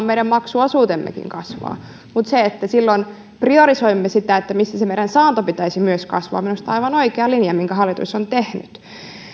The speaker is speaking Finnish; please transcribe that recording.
meidän maksuosuutemmekin kasvaa silloin samassa suhteessa mutta silloin priorisoimme sitä missä myös sen meidän saannon pitäisi kasvaa minusta se on aivan oikea linja minkä hallitus on tehnyt